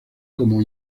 como